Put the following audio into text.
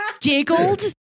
giggled